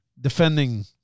defending